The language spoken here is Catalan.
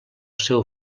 seu